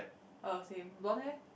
uh same blonde hair